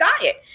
diet